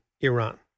Iran